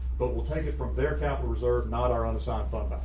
but we'll take it from there capital reserve, not our unassigned fund but